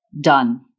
done